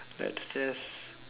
let's just